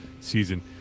season